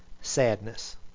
sadness